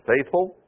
faithful